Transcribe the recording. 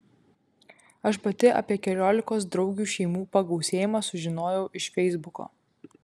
aš pati apie keliolikos draugių šeimų pagausėjimą sužinojau iš feisbuko